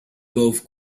golf